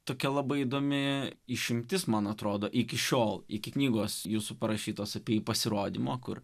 tokia labai įdomi išimtis man atrodo iki šiol iki knygos jūsų parašytos apie pasirodymo kur